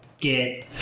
get